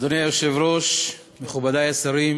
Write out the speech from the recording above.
אדוני היושב-ראש, מכובדי השרים,